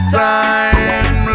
time